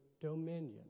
dominion